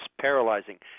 paralyzing